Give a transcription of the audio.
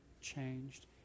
changed